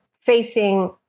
facing